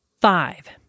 Five